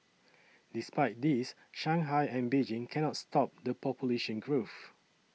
despite this Shanghai and Beijing cannot stop the population growth